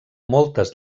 moltes